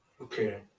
Okay